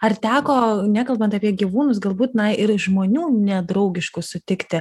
ar teko nekalbant apie gyvūnus galbūt na ir žmonių nedraugiškų sutikti